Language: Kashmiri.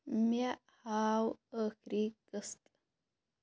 مےٚ ہاو ٲخری قسٕط